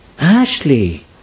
Ashley